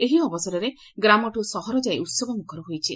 ଏହି ଅବସରରେ ଗ୍ରାମଠୁ ସହର ଯାଏଁ ଉହବମୁଖର ହୋଇଛି